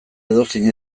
edozein